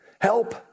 help